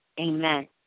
Amen